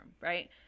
right